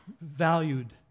valued